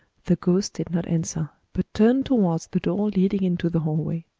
the ghost did not answer, but turned towards the door leading into the hallway.